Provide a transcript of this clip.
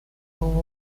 move